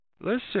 Listen